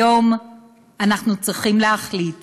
היום אנחנו צריכים להחליט